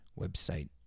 website